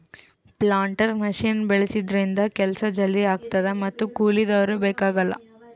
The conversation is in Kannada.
ಪ್ಲಾಂಟರ್ ಮಷಿನ್ ಬಳಸಿದ್ರಿಂದ ಕೆಲ್ಸ ಜಲ್ದಿ ಆಗ್ತದ ಮತ್ತ್ ಕೂಲಿದವ್ರು ಬೇಕಾಗಲ್